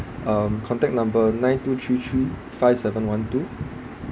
um contact number nine two three three five seven one two